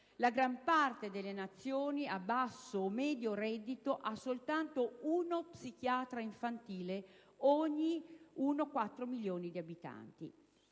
La gran parte delle Nazioni a basso o medio reddito ha soltanto uno psichiatra infantile ogni 1-4 milioni di abitanti.